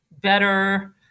better